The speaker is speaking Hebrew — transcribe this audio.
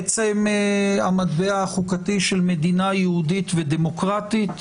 עצם המטבע החוקתי של מדינה יהודית ודמוקרטית,